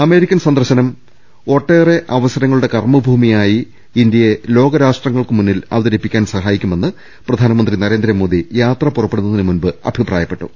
American സന്ദർശനം ഒട്ടേറെ അവസരങ്ങളുടെ കർമ്മ ഭൂമിയായി ഇന്ത്യയെ ലോക രാഷ്ട്രങ്ങൾക്ക് മുന്നിൽ അവതരിപ്പിക്കാൻ സഹായിക്കുമെന്ന് പ്രധാ നമന്ത്രി നരേന്ദ്രമോദി യാത്ര പുറപ്പെടുന്നതിന് മുമ്പ് അഭിപ്രായപ്പെട്ടു